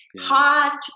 Hot